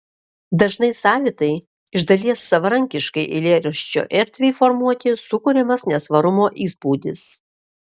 dažnai savitai iš dalies savarankiškai eilėraščio erdvei formuoti sukuriamas nesvarumo įspūdis